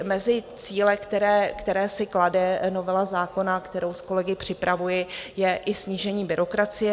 Mezi cíle, které si klade novela zákona, kterou s kolegy připravuji, je i snížení byrokracie.